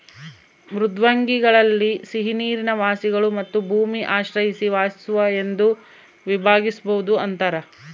ಮೃದ್ವಂಗ್ವಿಗಳಲ್ಲಿ ಸಿಹಿನೀರಿನ ವಾಸಿಗಳು ಮತ್ತು ಭೂಮಿ ಆಶ್ರಯಿಸಿ ವಾಸಿಸುವ ಎಂದು ವಿಭಾಗಿಸ್ಬೋದು ಅಂತಾರ